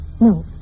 No